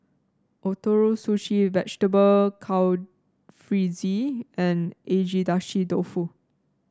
Ootoro Sushi Vegetable Jalfrezi and Agedashi Dofu